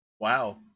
Wow